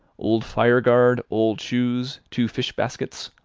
old fire-guard, old shoes, two fish-baskets,